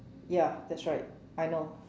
ya that's right I know